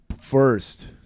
First